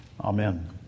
Amen